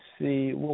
see